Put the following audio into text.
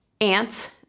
Ants